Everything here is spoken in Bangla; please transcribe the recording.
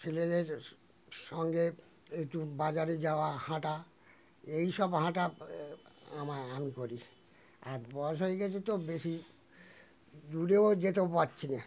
ছেলেদের সঙ্গে একটু বাজারে যাওয়া হাঁটা এই সব হাঁটা আম আমি করি আর বয়স হয়ে গেছে তো বেশি দূরেও যেতে পারছি না